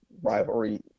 Rivalry